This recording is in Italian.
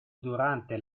durante